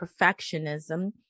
perfectionism